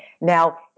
Now